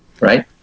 right